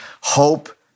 Hope